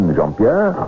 Jean-Pierre